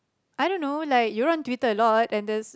I don't know like you're on twitter a lot and just